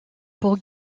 pour